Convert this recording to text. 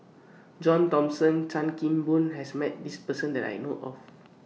John Thomson and Chan Kim Boon has Met This Person that I know of